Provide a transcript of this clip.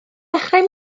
dechrau